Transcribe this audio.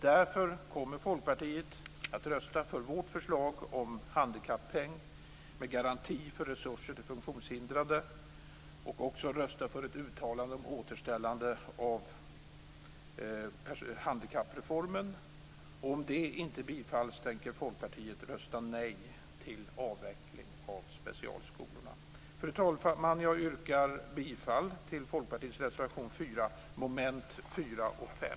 Därför kommer Folkpartiet att rösta för vårt förslag om handikappeng med garanti för resurser till funktionshindrade. Vi kommer också att rösta för ett uttalande om återställande av handikappreformen. Och om detta inte bifalls tänker Folkpartiet rösta nej till avveckling av specialskolorna. Fru talman! Jag yrkar bifall till Folkpartiets reservation 4 under mom. 4 och 5.